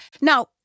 Now